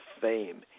Fame